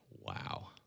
Wow